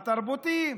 התרבותי,